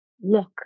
look